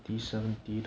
oh